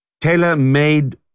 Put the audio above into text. tailor-made